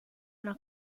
una